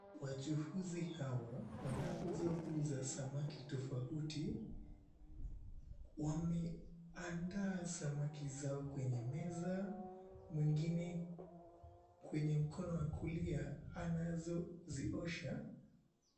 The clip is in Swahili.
Wachuuzi hawa wanaouza samaki tofauti tofauti, wameandaa samaki zao kwenye meza, mwingine kwa mkono wa kulia anaziosha.